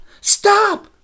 stop